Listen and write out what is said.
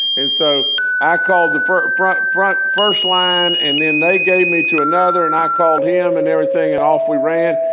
and so i called the first brought front, first line. and then they gave me to another and i called him and everything. and off we ran.